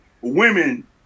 women